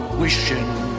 wishing